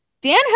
Dan